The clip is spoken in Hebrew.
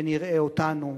ונראה אותנו,